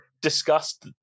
discussed